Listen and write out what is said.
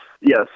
Yes